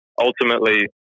ultimately